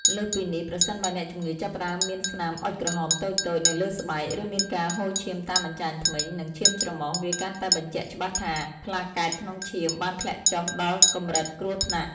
លើសពីនេះ ប្រសិនបើអ្នកជំងឺចាប់ផ្តើមមានស្នាមអុជក្រហមតូចៗនៅលើស្បែក ឬមានការហូរឈាមតាមអញ្ចាញធ្មេញ និងឈាមច្រមុះ វាកាន់តែបញ្ជាក់ច្បាស់ថា ប្លាកែតក្នុងឈាមបានធ្លាក់ចុះដល់កម្រិតគ្រោះថ្នាក់